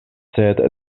sed